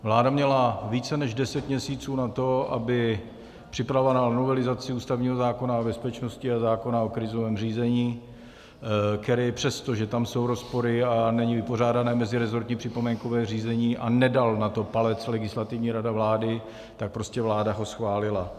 Vláda měla více než deset měsíců na to, aby připravila novelizaci ústavního zákona o bezpečnosti a zákona o krizovém řízení, který i přesto, že tam jsou rozpory a není vypořádané meziresortní připomínkové řízení a nedala na to palec Legislativní rada vlády, tak prostě vláda ho schválila.